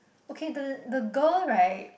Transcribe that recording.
okay the the the girl right